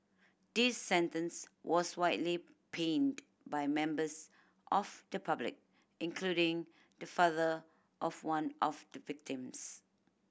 this sentence was widely panned by members of the public including the father of one of the victims